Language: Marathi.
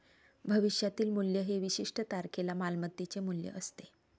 भविष्यातील मूल्य हे विशिष्ट तारखेला मालमत्तेचे मूल्य असते